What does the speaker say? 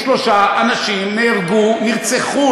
23 אנשים נהרגו, נרצחו.